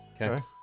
Okay